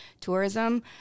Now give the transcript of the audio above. tourism